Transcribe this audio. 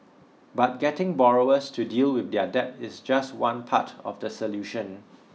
but getting borrowers to deal with their debt is just one part of the solution